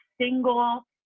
single